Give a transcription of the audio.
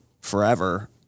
forever